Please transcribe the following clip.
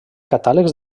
catàlegs